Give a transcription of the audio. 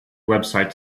website